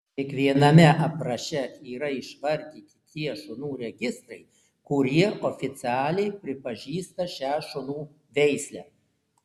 kiekviename apraše yra išvardyti tie šunų registrai kurie oficialiai pripažįsta šią šunų veislę